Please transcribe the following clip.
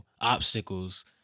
obstacles